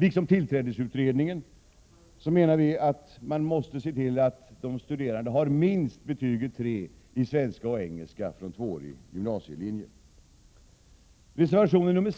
Liksom tillträdesutredningen menar vi att man måste se till att de studerande har minst betyget 3 i svenska och engelska från tvåårig gymnasielinje. I reservation 8